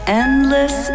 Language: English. endless